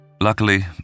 Luckily